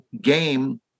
game